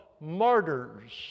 martyrs